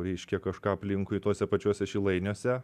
reiškia kažką aplinkui tuose pačiuose šilainiuose